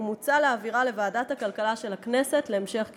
ומוצע להעבירה לוועדת הכלכלה של הכנסת להמשך קידומה.